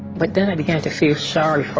but then i began to feel sorry for